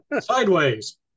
Sideways